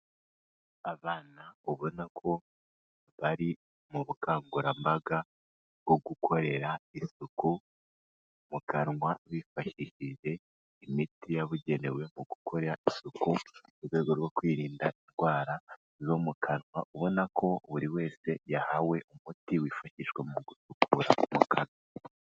Abana ubona ko bari mu bukangurambaga bwo gukorera isuku mu kanwa, bifashishije imiti yabugenewe mu gukora isuku, mu rwego rwo kwirinda indwara zo mu kanwa, ubona ko buri wese yahawe umuti wifashishwa mu gusukura mu kanwa.